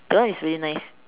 that one is really nice